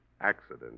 accident